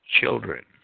children